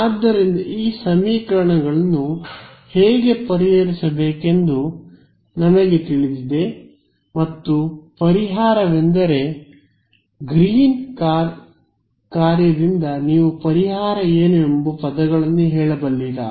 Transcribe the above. ಆದ್ದರಿಂದ ಈ ಸಮೀಕರಣವನ್ನು ಹೇಗೆ ಪರಿಹರಿಸಬೇಕೆಂದು ನಮಗೆ ತಿಳಿದಿದೆ ಮತ್ತು ಪರಿಹಾರವೆಂದರೆ ಗ್ರೀನ್ನ ಕಾರ್ಯದಿಂದ ನೀವು ಪರಿಹಾರ ಏನು ಎಂದು ಪದಗಳಲ್ಲಿ ಹೇಳಬಲ್ಲಿರಾ